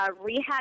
rehab